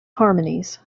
harmonies